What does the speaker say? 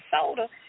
soda